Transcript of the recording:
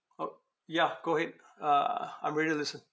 orh ya go ahead uh I'm ready to listen